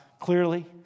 clearly